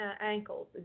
ankles